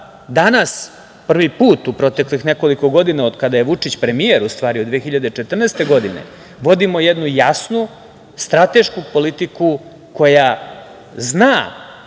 danas prvi put u proteklih nekoliko godina od kada je Vučić premijer, u stvari od 2014. godine, vodimo jednu jasnu, stratešku politiku koja zna